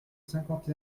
cinquante